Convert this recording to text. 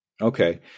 Okay